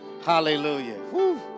Hallelujah